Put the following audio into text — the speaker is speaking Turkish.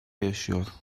yaşıyor